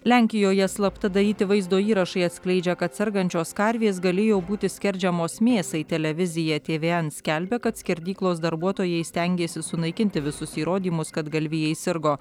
lenkijoje slapta daryti vaizdo įrašai atskleidžia kad sergančios karvės galėjo būti skerdžiamos mėsai televizija tvn skelbia kad skerdyklos darbuotojai stengėsi sunaikinti visus įrodymus kad galvijai sirgo